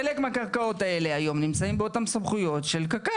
חלק מהקרקעות האלה היום נמצאות באותן סמכויות של קק"ל